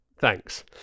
thanks